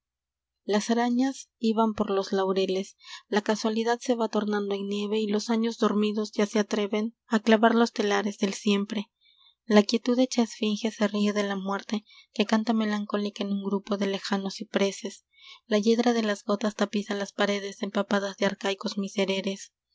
s arañas l iban por los laureles la casualidad se va tornando en nieve y los años dormidos ya se atreven a clavar los telares del siempre la quietud hecha esfinge se ríe de la muerte que canta melancólica en un grupo de lejanos cipreses la yedra de las gotas tapiza las paredes empapadas de arcaicos misereres